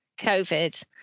COVID